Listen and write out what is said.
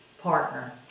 partner